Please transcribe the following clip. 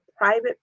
private